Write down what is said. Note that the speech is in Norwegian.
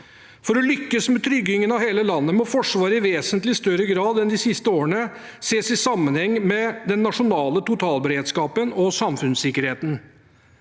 For å lykkes med tryggingen av hele landet må Forsvaret i vesentlig større grad enn de siste årene ses i sammenheng med den nasjonale totalberedskapen og samfunnssikkerheten.